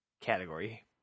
category